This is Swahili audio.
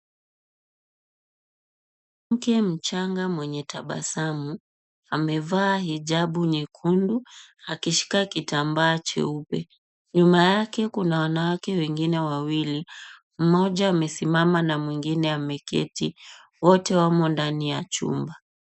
Mwanamke mchanga mwenye tabasamu amevaa hijabu nyekundu, akishika kitambaa cheupe. Nyuma yake kuna wanawake wengine wawili mmoja amesimama na mwingine ameketi. Wote wamo ndani ya chumba.